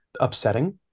upsetting